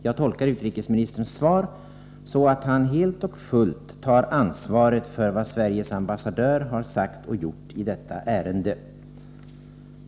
Jag tolkar utrikesministerns svar så, att han helt och fullt tar ansvaret för vad Sveriges ambassadör har sagt och gjort i detta ärende.